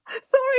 Sorry